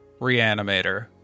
Reanimator